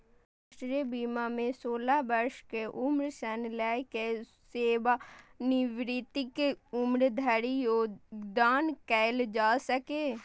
राष्ट्रीय बीमा मे सोलह वर्ष के उम्र सं लए कए सेवानिवृत्तिक उम्र धरि योगदान कैल जा सकैए